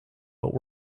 but